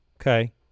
okay